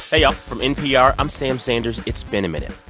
y'all. from npr, i'm sam sanders. it's been a minute.